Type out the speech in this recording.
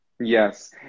Yes